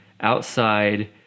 outside